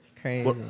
Crazy